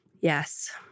Yes